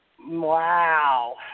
Wow